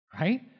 right